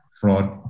fraud